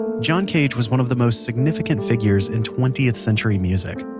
john cage was one of the most significant figures in twentieth century music.